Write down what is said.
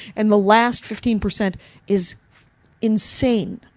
and the last fifteen percent is insane.